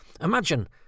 Imagine